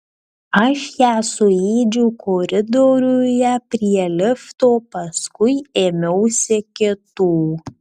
aš ją suėdžiau koridoriuje prie lifto paskui ėmiausi kitų